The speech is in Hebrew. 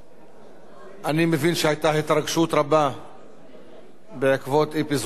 אני מבין שהיתה התרגשות רבה בעקבות אי-פיזורה של הכנסת,